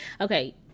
okay